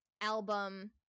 album